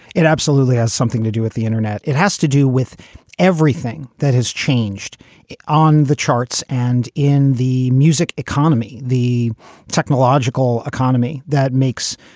it absolutely has something to do with the internet. it has to do with everything that has changed on the charts and in the music economy, the technological economy that makes